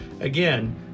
Again